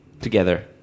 Together